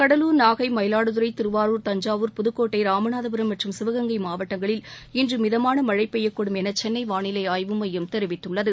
கடலூர் நாகை மயிலாடுதுறை திருவாரூர் தஞ்சாவூர் புதுக்கோட்டை ராமநாதபுரம் மற்றும் சிவகங்கை மாவட்டங்களில் இன்று மிதமான மழை பெய்யக்கூடும் என சென்னை வானிலை ஆய்வுமையம் தெரிவித்துள்ளது